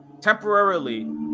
temporarily